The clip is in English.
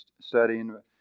studying